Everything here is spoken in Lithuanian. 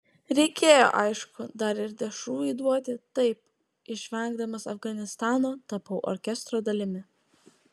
reikėjo aišku dar ir dešrų įduoti taip išvengdamas afganistano tapau orkestro dalimi